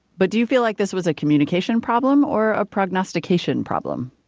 but do you feel like this was a communication problem or a prognostication problem?